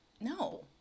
No